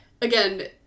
again